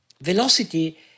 Velocity